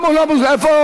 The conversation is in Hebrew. איפה